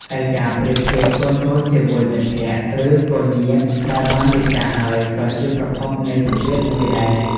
ឯការប្រៀបធៀបកូនៗជាមួយមិត្តភក្តិ ឬកូនញាតិដែលបានរៀបការហើយ ក៏ជាប្រភពនៃសម្ពាធមួយដែរ ។